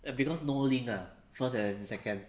because no link ah first and second